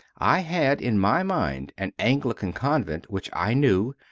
i had in my mind an anglican convent which i knew,